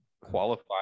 qualify